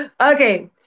Okay